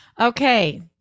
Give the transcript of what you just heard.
Okay